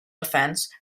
defense